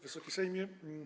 Wysoki Sejmie!